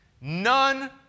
None